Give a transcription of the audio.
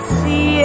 see